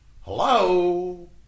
Hello